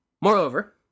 Moreover